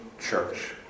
church